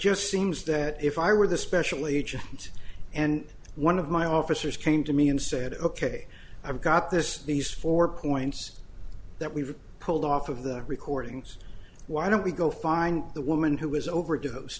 just seems that if i were the special agent and one of my officers came to me and said ok i've got this these four points that we've pulled off of the recordings why don't we go find the woman who was overdose